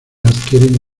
adquieren